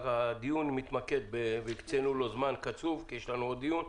הדיון ממוקד והקצינו לו זמן מוגבל כי יש לנו עוד דיון.